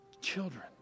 children